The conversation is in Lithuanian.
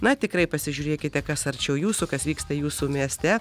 na tikrai pasižiūrėkite kas arčiau jūsų kas vyksta jūsų mieste